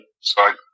Sorry